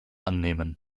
annehmen